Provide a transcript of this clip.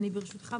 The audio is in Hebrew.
ברשותך,